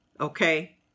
okay